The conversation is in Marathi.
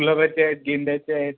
गुलाबाची आहेत गेंद्याची आहेत